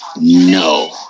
No